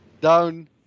down